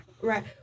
Right